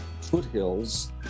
foothills